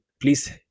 please